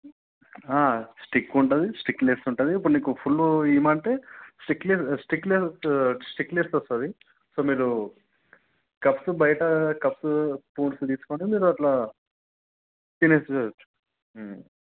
stick ఉంటుంది stickless ఉంటుంది ఇప్పుడు నీకు ఫుల్ ఇవ్వమంటే స్టిక్లె స్టిక్లెస్ స్టిక్లెస్ వస్తుంది సో మీరు కప్సు బయట కప్సు సూప్స్ తీసుకుని మీరు అట్ల తినవచ్చు